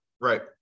Right